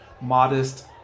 Modest